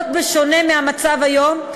בשונה מהמצב היום,